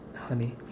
honey